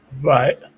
right